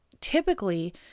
Typically